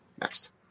Next